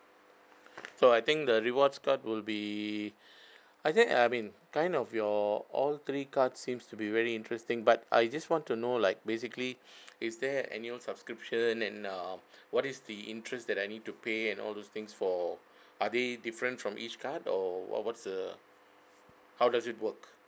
so I think the rewards card will be are there uh I mean kind of your all three cards seems to be very interesting but I just want to know like basically is there annual subscription and err what is the interest that I need to pay and all those things for are they different from each card or what what's the how does it work